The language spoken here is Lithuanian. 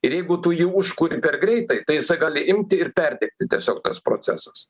ir jeigu tu jį užkuri per greitai tai jisai gali imti ir perdegti tiesiog tas procesas